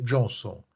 Johnson